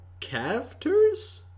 Cavters